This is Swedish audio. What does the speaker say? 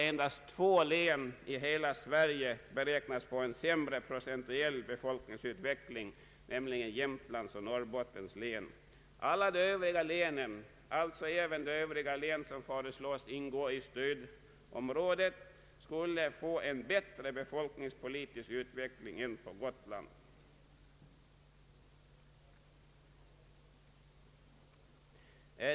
Endast två län i hela Sverige beräknas få en sämre procentuell befolkningsutveckling, nämligen Jämtlands och Norrbottens län. Alla övriga län — bland dem således även sådana som föreslås ingå i det allmänna stödområdet — skulle få en bättre befolkningspolitisk utveckling än Gotland.